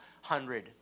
hundred